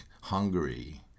Hungary